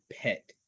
pet